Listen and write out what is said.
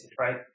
right